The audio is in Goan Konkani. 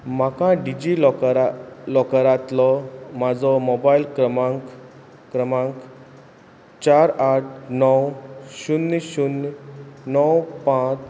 म्हाका डिजी लॉकरा लॉकरांतलो म्हजो मोबायल क्रमांक क्रमांक चार आठ णव शुन्य शुन्य णव पांच